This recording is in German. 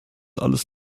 alles